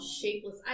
shapeless